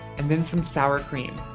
and then some sour cream.